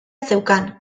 zeukan